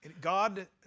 God